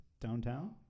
Downtown